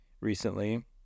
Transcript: recently